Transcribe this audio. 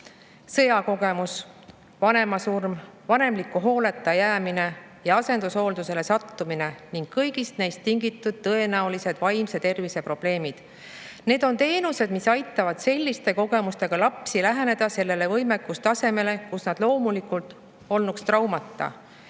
sõjakogemus, vanema surm, vanemliku hooleta jäämine ja asendushooldusele sattumine ning kõigist neist tingitud tõenäolised vaimse tervise probleemid. Need on teenused, mis aitavad selliste kogemustega lapsi läheneda sellele võimekustasemele, kus nad loomulikult olnuks traumata. Inimesed,